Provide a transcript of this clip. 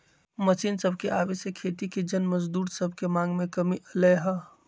machine सभके आबे से खेती के जन मजदूर सभके मांग में कमी अलै ह